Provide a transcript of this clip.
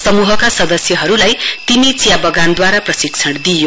समूहका सदस्यहरूलाई तिमी चिया बगानद्वारा प्रशिक्षण दिइयो